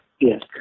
Yes